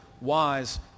wise